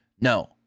No